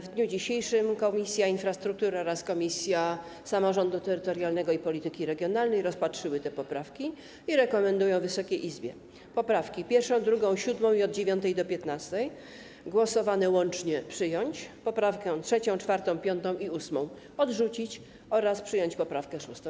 W dniu dzisiejszym Komisja Infrastruktury oraz Komisja Samorządu Terytorialnego i Polityki Regionalnej rozpatrzyły te poprawki i rekomendują Wysokiej Izbie: poprawki 1., 2., 7. i od 9. do 15., głosowane łącznie, przyjąć, poprawki 3., 4., 5. i 8. odrzucić oraz przyjąć poprawkę 6.